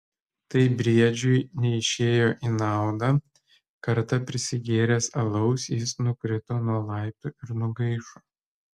tai briedžiui neišėjo į naudą kartą prisigėręs alaus jis nukrito nuo laiptų ir nugaišo